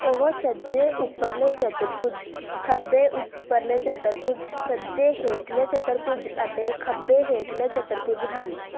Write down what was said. ਉਹ ਸੱਜੇ ਉੱਪਰਲੇ ਚਤੁਰਭੁਜ ਖੱਬੇ ਉੱਪਰਲੇ ਚਤੁਰਭੁਜ ਸੱਜੇ ਹੇਠਲੇ ਚਤੁਰਭੁਜ ਅਤੇ ਖੱਬੇ ਹੇਠਲੇ ਚਤੁਰਭੁਜ ਹਨ